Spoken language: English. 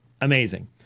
amazing